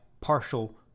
partial